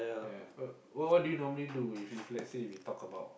ya what what do you normally do if you let's say we talk about